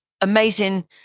amazing